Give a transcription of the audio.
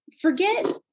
forget